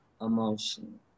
emotion